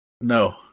No